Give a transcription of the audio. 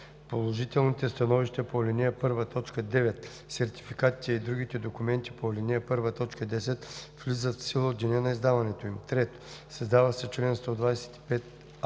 Положителните становища по ал. 1, т. 9, сертификатите и другите документи по ал. 1, т. 10 влизат в сила от деня на издаването им.“ 3. Създава се чл. 125а: